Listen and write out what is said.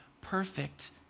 perfect